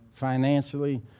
Financially